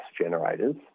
generators